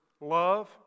love